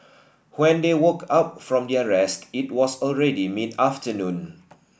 when they woke up from their rest it was already mid afternoon